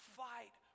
fight